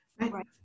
right